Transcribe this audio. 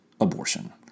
abortion